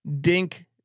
Dink